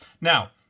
Now